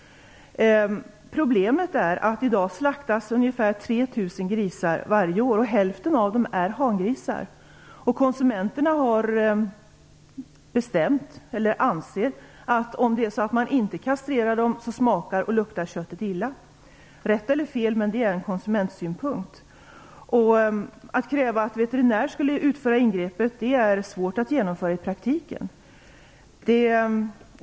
Problemet är att det slaktas ungefär 3 miljoner grisar varje år. Hälften av dem är hangrisar. Konsumenterna anser att köttet smakar och luktar illa om dessa grisar inte kastreras. Det må vara rätt eller fel, men det är en konsumentsynpunkt. I praktiken skulle det vara svårt att kräva att veterinärer skulle utföra det här ingreppet.